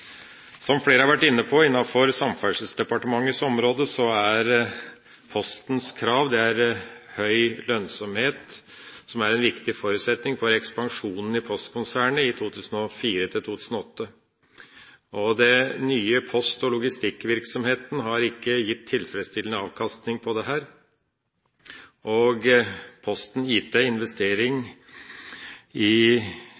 Postens krav høy lønnsomhet, noe som var en viktig forutsetning for ekspansjonen i Posten-konsernet i perioden 2004–2008. Den nye post- og logistikkvirksomheten har ikke gitt tilfredsstillende avkastning, og Postens IT-investeringer og